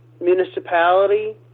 municipality